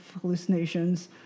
hallucinations